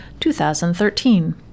2013